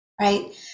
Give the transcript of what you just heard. Right